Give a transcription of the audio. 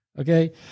Okay